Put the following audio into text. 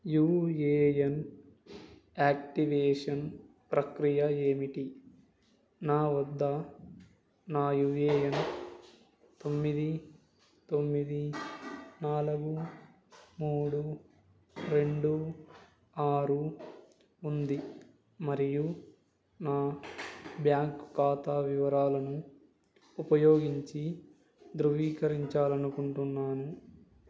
you A N activation ప్రక్రియ ఏమిటి నా వద్ద నా యూ ఏ ఎన్ తొమ్మిది తొమ్మిది నాలుగు మూడు రెండు ఆరు ఉంది మరియు నా బ్యాంకు ఖాతా వివరాలను ఉపయోగించి ధృవీకరించాలనుకుంటున్నాను